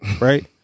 right